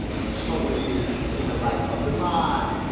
so it is in the life of the mind.